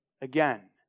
again